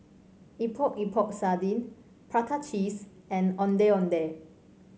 Epok Epok Sardin Prata Cheese and Ondeh Ondeh